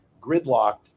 gridlocked